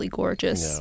gorgeous